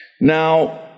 Now